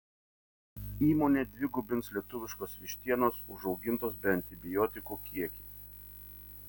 įmonė dvigubins lietuviškos vištienos užaugintos be antibiotikų kiekį